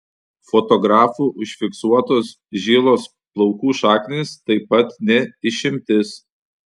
fotografų užfiksuotos žilos plaukų šaknys taip pat ne išimtis